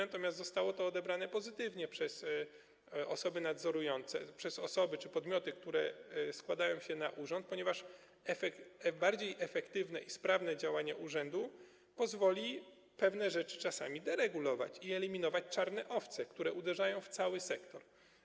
Natomiast zostało to odebrane pozytywnie przez osoby czy podmioty, które składają się na urząd, ponieważ bardziej efektywne i sprawne działanie urzędu pozwoli pewne rzeczy czasami deregulować i eliminować czarne owce, które uderzają w cały sektor.